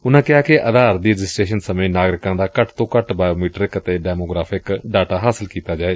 ਉਨ੍ਨਾਂ ਕਿਹਾ ਕਿ ਆਧਾਰ ਦੀ ਰਜਿਸਟਰੇਸ਼ਨ ਸਮੇਂ ਨਾਗਰਿਕਾਂ ਦਾ ਘੱਟ ਤੋਂ ਘੱਟ ਬਾਇਓ ਮੀਟਰਿਕ ਅਤੇ ਡੈਮੋਗਰਾਫਿਕ ਡਾਟਾ ਹਾਸਲ ਕੀਤਾ ਜਾਏ